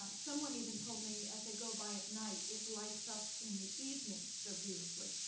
um someone even told me as they go by at night it lights up in the evenings so beautifully.